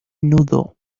nudo